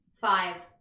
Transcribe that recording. Five